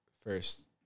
first